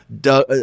Doug